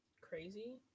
crazy